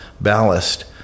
ballast